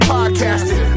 Podcasting